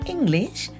English